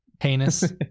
heinous